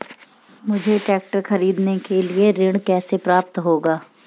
मुझे ट्रैक्टर खरीदने के लिए ऋण कैसे प्राप्त होगा?